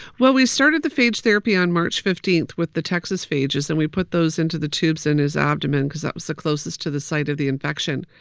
well, we started the phage therapy on march fifteen with the texas phages. and we put those into the tubes in his abdomen because that was the closest to the site of the infection.